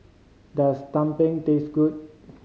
does tumpeng taste good